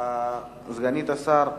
סגנית השר הציעה,